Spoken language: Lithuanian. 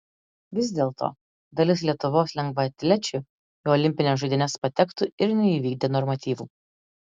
vis dėlto dalis lietuvos lengvaatlečių į olimpines žaidynes patektų ir neįvykdę normatyvų